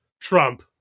Trump